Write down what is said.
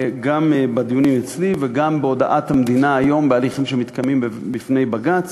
גם בדיונים אצלי וגם בהודעת המדינה היום בהליכים שמתקיימים בפני בג"ץ,